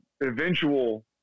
eventual